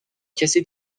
کسی